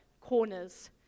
corners